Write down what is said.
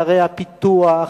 לערי הפיתוח,